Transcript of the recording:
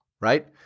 right